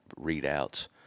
readouts